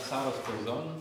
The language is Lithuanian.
saros poizon